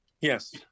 Yes